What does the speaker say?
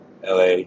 la